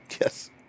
Yes